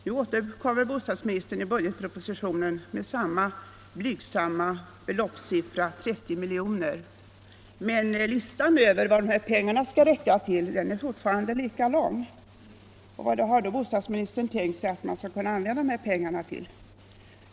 Nu återkommer bostadsministern i budgetpropositionen med samma blygsamma belopp, 30 milj.kr. Listan över vad dessa pengar skall räcka till är emellertid fortfarande lika lång. Vad har då bostadsministern tänkt sig att man skall kunna använda de här pengarna till?